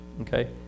okay